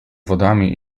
wodami